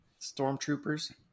stormtroopers